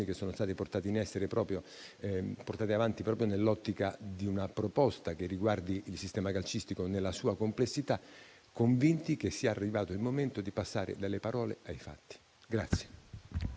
che sono state svolte, nell'ottica di una proposta che riguardi il sistema calcistico nella sua complessità, convinti che sia arrivato il momento di passare dalle parole ai fatti.